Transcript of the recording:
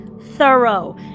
thorough